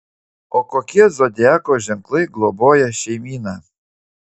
o kokie zodiako ženklai globoja šeimyną